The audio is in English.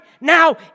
now